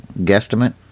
guesstimate